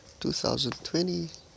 2020